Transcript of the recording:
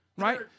right